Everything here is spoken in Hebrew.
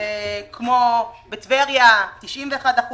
כמו בטבריה 91%,